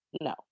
no